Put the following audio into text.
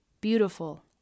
beautiful